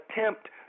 attempt